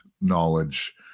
knowledge